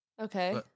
Okay